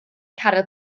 caryl